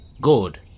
Good